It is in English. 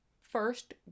first